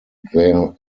their